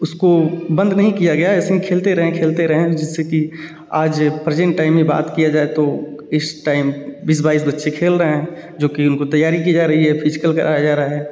उसको बंद नहीं किया गया ऐसे ही खेलते रहे खेलते रहे जिससे कि आज प्रजेंट टाइम में बात किया जाए तो इस टाइम बीस बाईस बच्चे खेल रहे हैं जो कि उनको तैयारी की जा रही है फिजकल कराया जा रहा है